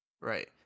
Right